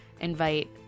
invite